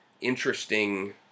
interesting